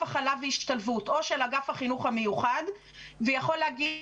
הכלה והשתלבות או של אגף החינוך המיוחד ויכול להגיד: